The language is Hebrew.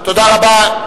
תודה רבה.